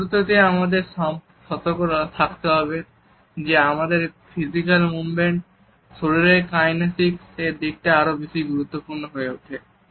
এই দূরত্বটিতেই আমাদের সতর্ক থাকতে হবে যে আমাদের ফিজিক্যাল মুভমেন্ট শরীরের কাইনেসিক এর দিকটি আরো বেশি গুরুত্বপূর্ণ হয়ে ওঠে